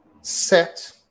set